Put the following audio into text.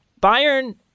Bayern